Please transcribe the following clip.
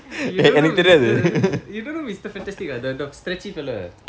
you don't know mister you don't know mister fantastic ah the the stretchy fella